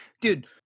Dude